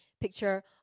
picture